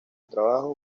trabajo